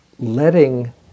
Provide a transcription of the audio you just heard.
Letting